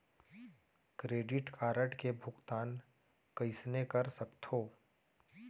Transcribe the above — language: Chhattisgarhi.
क्रेडिट कारड के भुगतान कईसने कर सकथो?